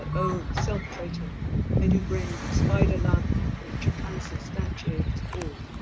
and oh self-traitor i do bring the spider love which transubstantiates all